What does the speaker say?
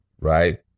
right